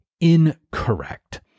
incorrect